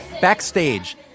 Backstage